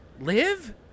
Live